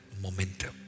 momentum